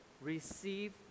receive